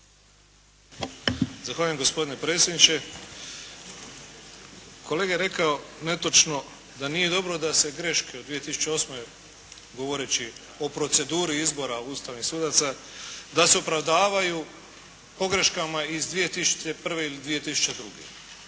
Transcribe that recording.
Zahvaljujem gospodine predsjedniče. Kolega je rekao netočno da nije dobro da se greške u 2008. govoreći o proceduri izbora ustavnih sudaca da se opravdavaju pogreškama iz 2001. ili 2002.,